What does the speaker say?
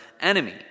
enemy